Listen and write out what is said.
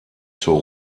zur